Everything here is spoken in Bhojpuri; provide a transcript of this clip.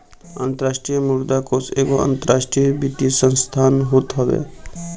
अंतरराष्ट्रीय मुद्रा कोष एगो अंतरराष्ट्रीय वित्तीय संस्थान होत हवे